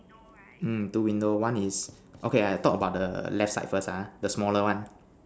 mm two window one is okay I talk about the left side first ah the smaller one